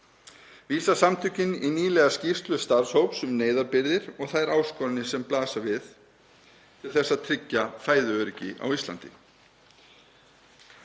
Vísa samtökin í nýlega skýrslu starfshóps um neyðarbirgðir og þær áskoranir sem blasa við til að tryggja fæðuöryggi á Íslandi.